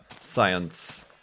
science